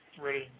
ready